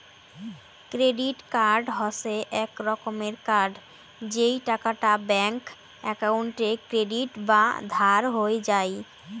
credit card হসে এক রকমের কার্ড যেই টাকাটা ব্যাঙ্ক একাউন্টে ক্রেডিট বা ধার হই যাই